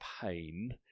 pain